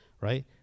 right